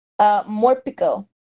Morpico